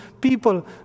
people